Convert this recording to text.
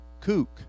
kook